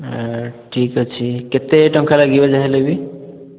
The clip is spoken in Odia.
ଠିକ୍ ଅଛି କେତେ ଟଙ୍କା ଲାଗିବ ଯାହାହେଲେ ବି